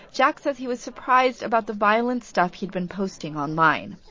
jack says he was surprised about the violent stuff he'd been posting online.